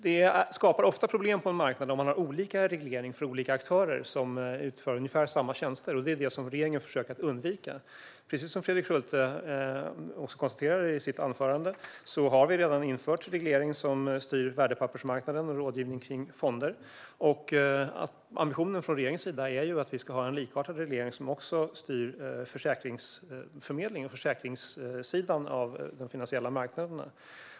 Det skapar ofta problem på en marknad om man har olika reglering för olika aktörer som utför ungefär samma tjänster. Det är detta regeringen försöker undvika. Precis som Fredrik Schulte också konstaterar i sitt anförande har vi redan infört reglering som styr värdepappersmarknaden och rådgivning kring fonder. Ambitionen från regeringens sida är att vi ska ha en likartad reglering som också styr försäkringsförmedling och försäkringssidan av de finansiella marknaderna.